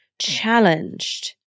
challenged